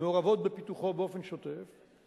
מעורבות בפיתוחו באופן שוטף,